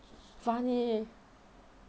funny